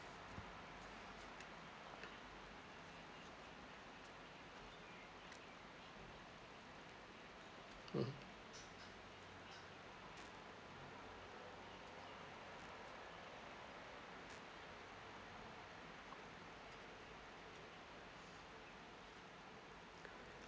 mm